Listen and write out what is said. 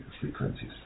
frequencies